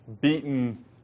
beaten